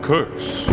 Curse